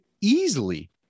easily